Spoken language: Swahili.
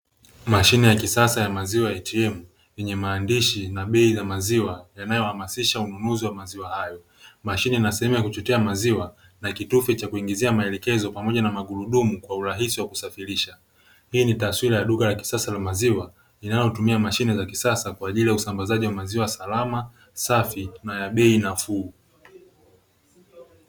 Mashine ya kisasa ya maziwa (ATM) yenye maandishi na bei ya maziwa yanayohamasisha ununuzi wa maziwa hayo. Mashine ina sehemu ya kuchotea maziwa na kitufe cha kuingizia maelekezo pamoja na magurudumu kwa urahisi wa kusafirisha. Hii ni taswira ya duka la kisasa la maziwa, inayotumia mashine za kisasa kwa ajili ya usambazaji wa maziwa salama, safi na ya bei nafuu.